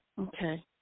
Okay